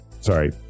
Sorry